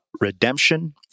redemption